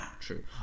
true